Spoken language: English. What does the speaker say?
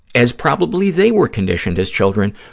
as probably they were conditioned as children,